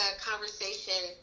conversation